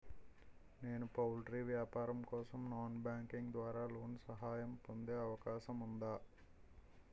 నేను పౌల్ట్రీ వ్యాపారం కోసం నాన్ బ్యాంకింగ్ ద్వారా లోన్ సహాయం పొందే అవకాశం ఉందా?